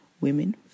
women